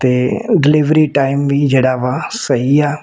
ਅਤੇ delivery time ਵੀ ਜਿਹੜਾ ਵਾ ਸਹੀ ਆ